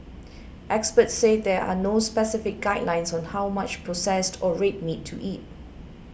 experts said there are no specific guidelines on how much processed or red meat to eat